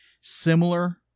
similar